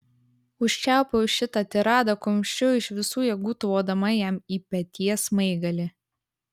užčiaupiau šitą tiradą kumščiu iš visų jėgų tvodama jam į peties smaigalį